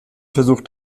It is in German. versucht